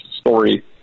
story